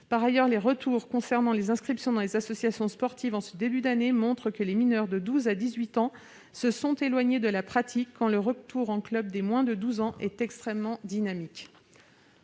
Par ailleurs, les retours concernant les inscriptions dans les associations sportives en ce début d'année montrent que les mineurs de 12 à 18 ans se sont éloignés de la pratique, quand le retour en club des moins de 12 ans est extrêmement dynamique.